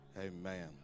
Amen